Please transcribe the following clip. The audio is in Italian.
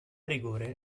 rigore